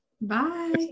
Bye